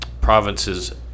provinces